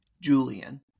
Julian